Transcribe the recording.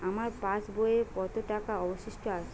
আমার পাশ বইয়ে কতো টাকা অবশিষ্ট আছে?